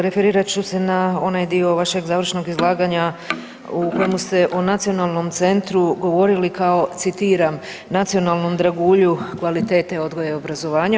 Referirat ću se na onaj dio vašeg završnog izlaganja u kojemu ste o nacionalnom centru govorili kao, citiram „nacionalnom dragulju kvalitete odgoja i obrazovanja“